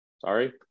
Sorry